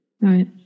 Right